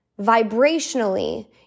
vibrationally